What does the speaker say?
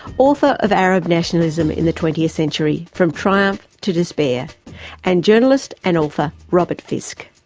author of arab nationalism in the twentieth century from triumph to despair and journalist and author robert fisk.